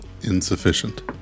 insufficient